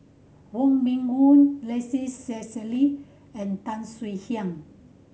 Wong Meng Voon Rex Shelley and Tan Swie Hian